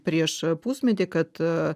prieš pusmetį kad